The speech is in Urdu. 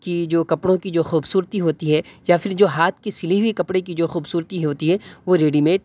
کی جو کپڑوں کی جو خوبصورتی ہوتی ہے یا پھر جو ہاتھ کی سلی ہوئی کپڑے کی جو خوبصورتی ہوتی ہے وہ ریڈی میڈ